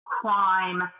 crime